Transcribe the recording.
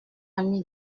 ami